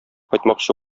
кайтмакчы